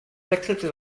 wechselte